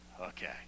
Okay